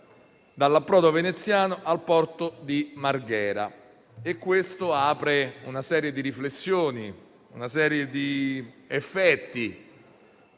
dall'approdo veneziano al porto di Marghera. Questo apre una serie di riflessioni e crea effetti,